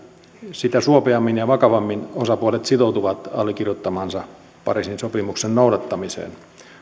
sitä suopeammin ja ja vakavammin osapuolet sitoutuvat allekirjoittamansa pariisin sopimuksen noudattamiseen